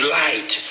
light